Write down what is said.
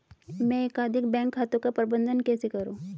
मैं एकाधिक बैंक खातों का प्रबंधन कैसे करूँ?